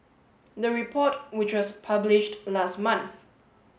the report which was published last month